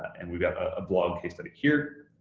and we've got a blog case study here.